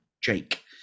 Jake